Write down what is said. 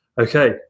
Okay